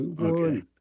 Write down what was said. Okay